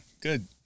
Good